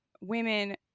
women